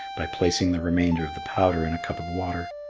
by placing the remainder of the powder in a cup of water.